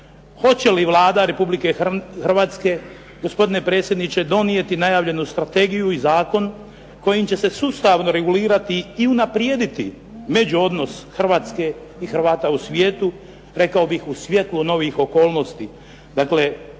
Hoće li Vlada Republike Hrvatske, gospodine predsjedniče, donijeti najavljenu strategiju i zakon kojim će se sustavno regulirati i unaprijediti međuodnos Hrvatske i Hrvata u svijetu, rekao bih u svijetlu novih okolnosti,